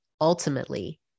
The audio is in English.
ultimately